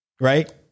right